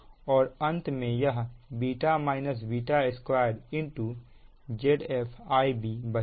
और अंत में यह β β2 Zf Ib बचेगा